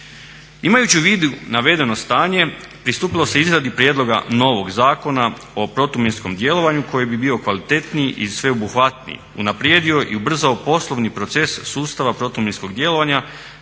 Imajući u vidu navedeno stanje pristupilo se izradi prijedloga novog Zakona o protuminskom djelovanju koji bi bio kvalitetniji i sveobuhvatniji, unaprijedio i ubrzao poslovni proces sustava protuminskog djelovanja